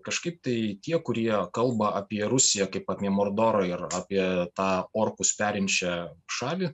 kažkaip tai tie kurie kalba apie rusiją kaip apie mordorą ir apie tą orkus perinčią šalį